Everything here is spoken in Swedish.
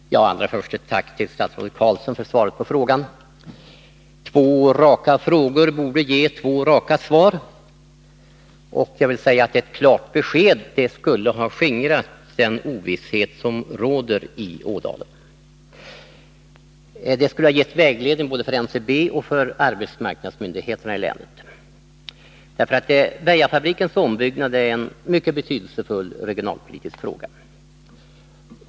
Herr talman! Allra först ett tack till statsrådet Carlsson för svaret på frågan. Två raka frågor borde ge två raka svar. Ett klart besked skulle ha skingrat den ovisshet som råder i Ådalen. Det skulle ha givit både NCB och arbetsmarknadsmyndigheterna i länet vägledning — Väjafabrikens ombyggnad är en mycket betydelsefull regionalpolitisk fråga.